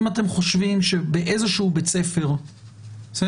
אם אתם חושבים שבאיזשהו בית ספר הקפסולות